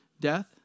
death